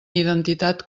identitat